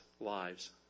lives